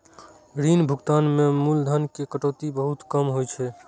ऋण भुगतान मे मूलधन के कटौती बहुत कम होइ छै